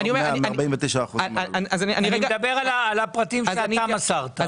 אני מדבר על הפרטים שאתה מסרת.